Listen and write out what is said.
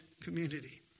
community